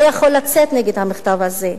אתה לא יכול לצאת נגד המכתב הזה.